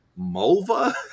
Mulva